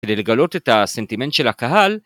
‫כדי לגלות את הסנטימנט של הקהל...